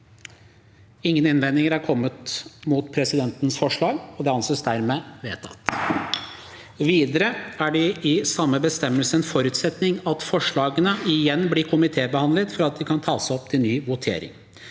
Ingen innvendinger er kommet imot presidentens forslag, og det anses dermed vedtatt. Videre er det i samme bestemmelse en forutsetning at forslagene «igjen blir komitébehandlet» for at de kan tas opp til ny votering.